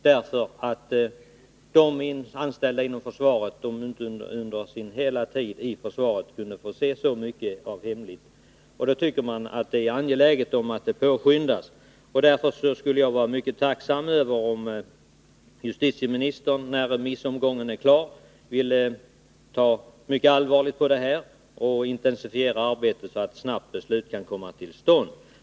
De anställda kan inte under hela sin anställningstid få se så mycket inom försvaret. Då tycker man att det är angeläget att handläggningen påskyndas. Därför skulle jag vara mycket tacksam om justitieministern när remissomgången är klar ville ta mycket allvarligt på detta och intensifiera arbetet så att ett snabbt beslut kommer till stånd.